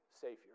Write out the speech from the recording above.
Savior